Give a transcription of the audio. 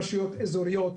רשויות אזוריות.